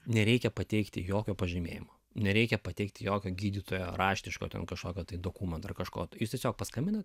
nereikia pateikti jokio pažymėjimo nereikia pateikti jokio gydytojo raštiško ten kažkokio dokumento ar kažko jūs tiesiog paskambina